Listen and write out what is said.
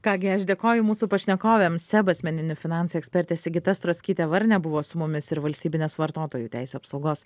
ką gi aš dėkoju mūsų pašnekovėms seb asmeninių finansų ekspertė sigita strockytė varnė buvo su mumis ir valstybinės vartotojų teisių apsaugos